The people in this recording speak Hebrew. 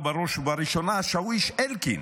ובראש ובראשונה השאוויש אלקין,